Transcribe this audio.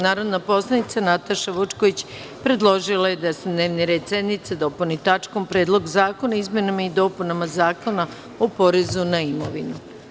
Narodna poslanica Nataša Vučković, predložila je da se dnevni red sednice dopuni tačkom – Predlog zakona o izmenama i dopunama Zakona o porezu na imovinu.